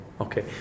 Okay